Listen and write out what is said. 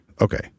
Okay